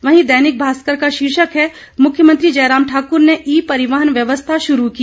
वहीं दैनिक भास्कर का शीर्षक है मुख्यमंत्री जयराम ठाक्र ने ई परिवहन व्यवस्था शुरू की